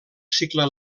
cicle